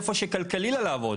איפה שכלכלי לה לעבוד.